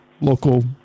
local